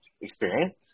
experience